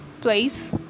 place